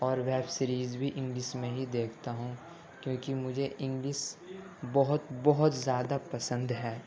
اور web series بھی English میں ہی دیکھتا ہوں کیونکہ مجھے انگلش بہت بہت زیادہ پسند ہے